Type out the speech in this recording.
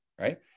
right